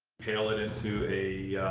pail it into a